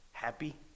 happy